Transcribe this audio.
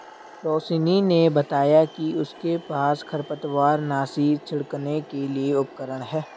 रोशिनी ने बताया कि उसके पास खरपतवारनाशी छिड़कने के लिए उपकरण है